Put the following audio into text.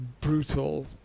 brutal